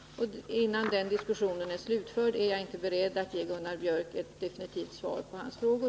Innan den diskussionen är slutförd är jag inte beredd att ge Gunnar Biörck ett definitivt svar på hans frågor.